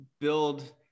build